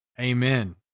Amen